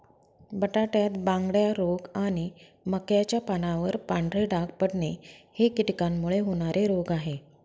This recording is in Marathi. बटाट्यात बांगड्या रोग आणि मक्याच्या पानावर पांढरे डाग पडणे हे कीटकांमुळे होणारे रोग आहे